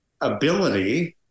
ability